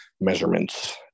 measurements